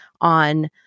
on